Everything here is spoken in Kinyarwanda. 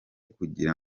kugira